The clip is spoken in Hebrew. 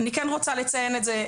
אני כן רוצה לציין את זה,